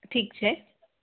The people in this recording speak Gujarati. ઠીક છે